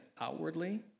outwardly